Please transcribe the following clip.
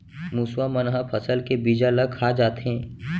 मुसवा मन ह फसल के बीजा ल खा जाथे